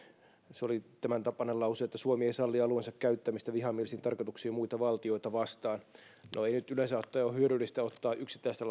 se oli tämäntapainen lause suomi ei salli alueensa käyttämistä vihamielisiin tarkoituksiin muita valtioita vastaan no ei nyt yleensä ottaen ole hyödyllistä ottaa yksittäistä